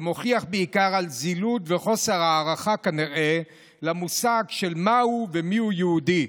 ומוכיח בעיקר זילות וחוסר הערכה כנראה למושג של מהו ומיהו יהודי.